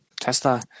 Tesla